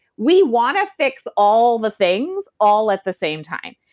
we want to fix all the things all at the same time.